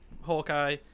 hawkeye